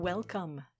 Welcome